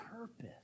purpose